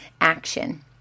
action